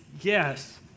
Yes